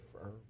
firm